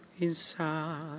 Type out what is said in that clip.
inside